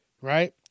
right